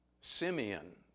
Simeon